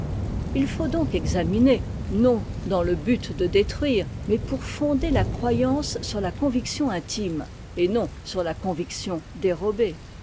h faut donc examiner non dans le but de détruire mais pour fonder la croyance sur la conviction intime et non sur la conviction dérobée